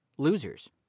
Losers